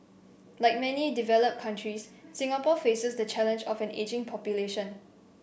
like many developed countries Singapore faces the challenge of an ageing population